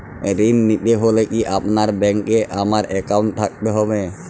ঋণ নিতে হলে কি আপনার ব্যাংক এ আমার অ্যাকাউন্ট থাকতে হবে?